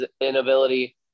inability